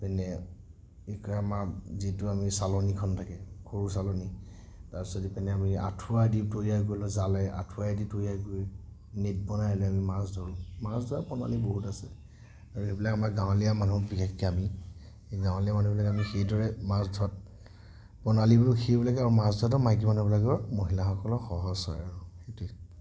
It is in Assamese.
যেনে কি কয় আমাৰ যিটো আমি চালনিখন থাকে সৰু চালনি তাৰপিছত ইপিনে আমি আঁঠুৱা দি তৈয়াৰ কৰি লোৱা জালেৰে আঁঠুৱায়ে দি তৈয়াৰ কৰি নেট বনাই লৈ আমি মাছ ধৰোঁ মাছ ধৰা প্ৰণালী বহুত আছে আৰু এইবিলাক আমাৰ গাঁৱলীয়া মানুহ বিশেষকৈ আমি গাঁৱলীয়া মানুহবিলাকে আমি সেইদৰে আমি মাছ ধৰাত প্ৰণালীবিলাকো সেইবিলাকে আৰু মাছ ধৰাত মাইকীমানুহ বিলাকেও মহিলাসকলৰ সহজ হয় আৰু সেইটোৱেই